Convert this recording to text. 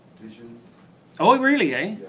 visions oh really,